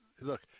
look